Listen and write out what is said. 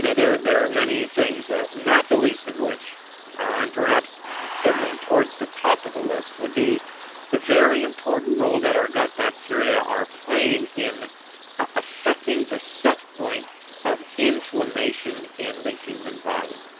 you know there there are many things, ah not the least of which and perhaps certainly towards the top of the list would be the very important role that our gut bacteria are playing in affecting the set point of inflammation in the human body.